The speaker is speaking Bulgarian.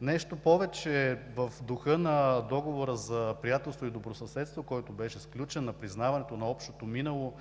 Нещо повече, в духа на Договора за приятелство и добросъседство, който беше сключен при признаването на общото минало,